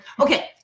Okay